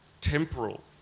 temporal